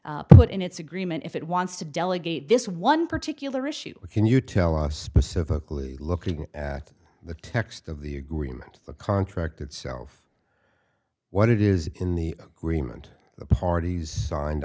to put in its agreement if it wants to delegate this one particular issue can you tell us specifically looking at the text of the agreement the contract itself what it is in the agreement the parties signed